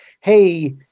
hey